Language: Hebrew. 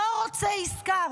לא רוצה עסקה.